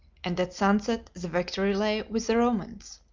and at sunset the victory lay with the romans.